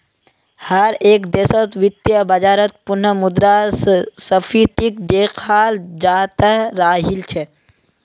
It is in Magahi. हर एक देशत वित्तीय बाजारत पुनः मुद्रा स्फीतीक देखाल जातअ राहिल छे